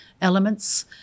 elements